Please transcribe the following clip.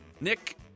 Nick